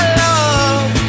love